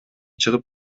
чыгып